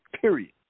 Period